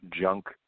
junk